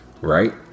Right